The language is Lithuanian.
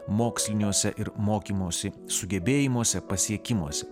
moksliniuose ir mokymosi sugebėjimuose pasiekimuose